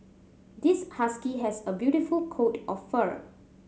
this husky has a beautiful coat of fur